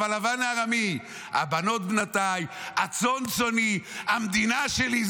אמר לבן הארמי: "הבנות בנתי"; "הצאן צאני"; המדינה שלי.